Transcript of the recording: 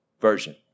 version